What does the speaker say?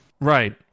Right